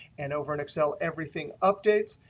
and over in excel, everything updates.